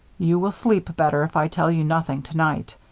you will sleep better if i tell you nothing tonight.